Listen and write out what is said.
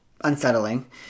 unsettling